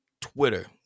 Twitter